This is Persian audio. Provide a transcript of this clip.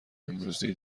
امروزی